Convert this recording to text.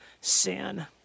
Sin